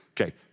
Okay